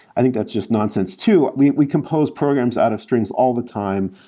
i think that's just nonsense, too. we we compose programs out of strings all the time.